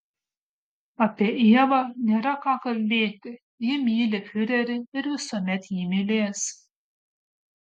apie ievą nėra ką kalbėti ji myli fiurerį ir visuomet jį mylės